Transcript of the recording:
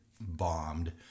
bombed